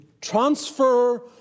transfer